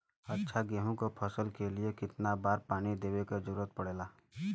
अच्छा गेहूँ क फसल के लिए कितना बार पानी देवे क जरूरत पड़ेला?